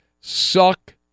suck